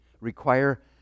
require